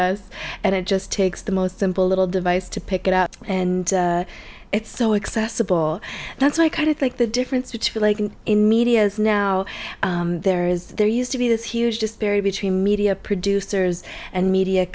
us and it just takes the most simple little device to pick it up and it's so excessive bull that's i kind of like the difference between like in media as now there is there used to be this huge disparity between media producers and media